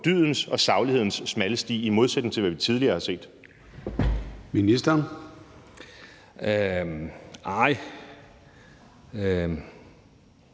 dydens og saglighedens smalle sti, i modsætning til hvad vi tidligere har set. Kl. 11:11